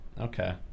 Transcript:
Okay